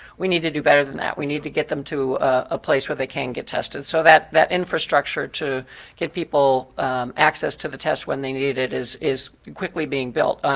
we need to do better than that, we need to get them to a place where they can get tested, so that that infrastructure to get people access to the test when they need it is is quickly being built.